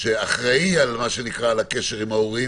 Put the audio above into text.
שאחראי על הקשר עם ההורים,